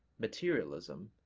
materialism,